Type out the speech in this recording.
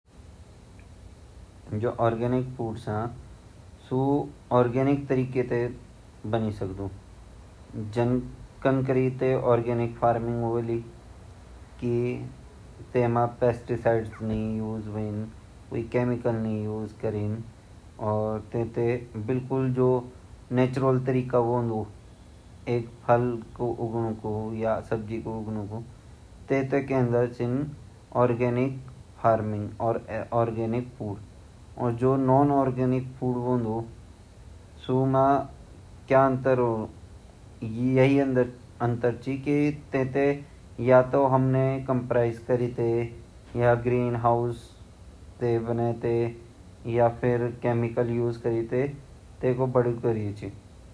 जु जैविक सब्जिया ची उ हुमा खेतु मा हमा बगीचु मा उगन ची अर वे हम खुद उगों अर वेमा हम गोबरे खाद डाना अर क्वी पत्तू खाद डान ता उ टेस्टीदार वोनि अर जु गैर-जैविक ची वेते हम आज ब्वोला ता भवों तक उ इति बड़ा वेके फल ड्योड लग जांदा अर फल भी इति वांदा जन भोत ज़्यादा पर वेगा वेमा क्या वोंदु की वेमा विटामिन इति ज्यादा वों केमिकल ज़्यादा वे जंद ता उ हमते पोस्टिक नि दयानु हमा शरीर ते नुक्सान करदु अर जु जैविक ची उ हमा शरीर ते पौश्टिकता दयन्दु।